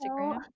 Instagram